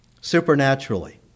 supernaturally